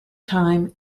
time